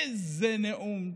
איזה נאום,